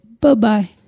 bye-bye